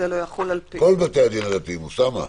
כל בתי הדין הדתיים, אוסאמה.